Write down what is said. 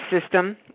system